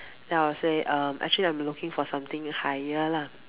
then I will say um actually I am looking for something higher lah